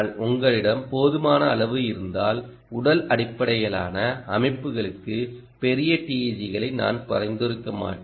உங்களிடம் போதுமான அளவு இருந்தால் உடல் அடிப்படையிலான அமைப்புகளுக்கு பெரிய TEG களை நான் பரிந்துரைக்க மாட்டேன்